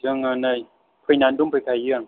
जोङो नै फैनानै दंफैखायो आं